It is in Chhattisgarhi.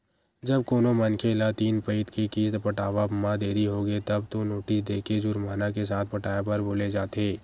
जब कोनो मनखे ल तीन पइत के किस्त पटावब म देरी होगे तब तो नोटिस देके जुरमाना के साथ पटाए बर बोले जाथे